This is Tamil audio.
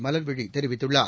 மலர்விழி தெரிவித்துள்ளார்